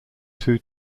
two